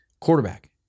Quarterback